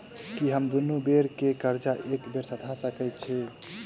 की हम दुनू बेर केँ कर्जा एके बेर सधा सकैत छी?